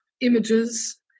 images